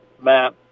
map